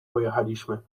pojechaliśmy